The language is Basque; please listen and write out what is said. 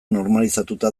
normalizatuta